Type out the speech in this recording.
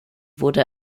wurde